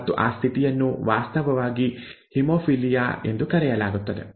ಮತ್ತು ಆ ಸ್ಥಿತಿಯನ್ನು ವಾಸ್ತವವಾಗಿ ಹಿಮೋಫಿಲಿಯಾ ಎಂದು ಕರೆಯಲಾಗುತ್ತದೆ